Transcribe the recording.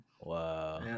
wow